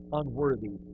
unworthy